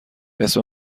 اسم